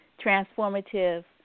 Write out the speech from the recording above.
transformative